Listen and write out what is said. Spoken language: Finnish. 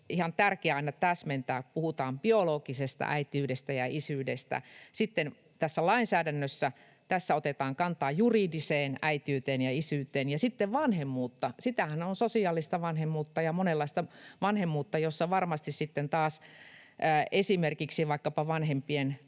tärkeää aina täsmentää, että puhutaan biologisesta äitiydestä ja isyydestä. Sitten tässä lainsäädännössä otetaan kantaa juridiseen äitiyteen ja isyyteen. Ja sitten vanhemmuus: on sosiaalista vanhemmuutta ja monenlaista vanhemmuutta, jossa varmasti sitten